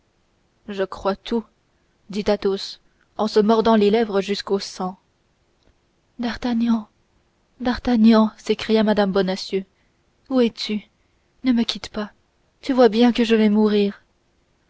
je crois tout dit athos en se mordant les lèvres jusqu'au sang d'artagnan d'artagnan s'écria mme bonacieux où es-tu ne me quitte pas tu vois bien que je vais mourir